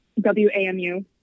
WAMU